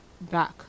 back